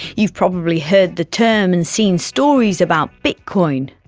you've probably heard the term and seen stories about bitcoin,